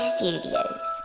Studios